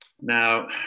Now